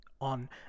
on